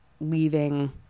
leaving